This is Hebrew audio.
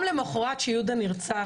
הוא נמצא